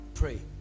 Pray